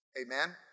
Amen